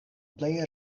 plej